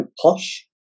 posh